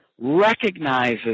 recognizes